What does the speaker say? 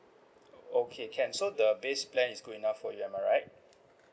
okay can so the base plan is good enough for you am I right